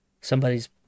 somebody's